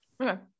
Okay